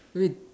wait